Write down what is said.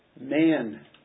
Man